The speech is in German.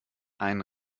einen